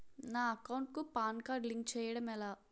నా అకౌంట్ కు PAN card link చేయడం ఎలా?